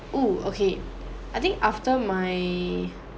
oh okay I think after my